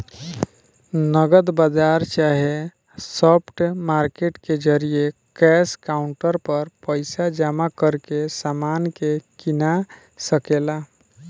नगद बाजार चाहे स्पॉट मार्केट के जरिये कैश काउंटर पर पइसा जमा करके समान के कीना सके ला